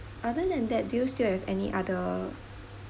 other than that do you still have any other